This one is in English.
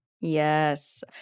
Yes